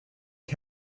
was